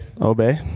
Obey